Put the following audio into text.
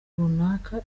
runaka